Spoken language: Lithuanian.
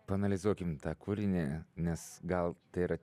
paanalizuokim tą kūrinį nes gal tai yra